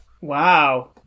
Wow